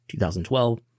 2012